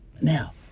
now